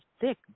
thick